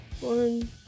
one